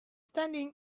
standing